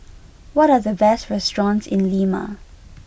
what are the best restaurants in Lima